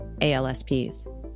ALSPs